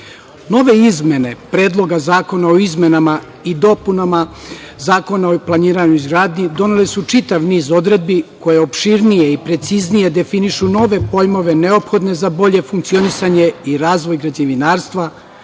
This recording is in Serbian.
nove izmene Predloga zakona o izmenama i dopunama Zakona o planiranju i izgradnji donele su čitav niz odredbi koje opširnije i preciznije definišu nove pojmove neophodne za bolje funkcionisanje i razvoj građevinarstva,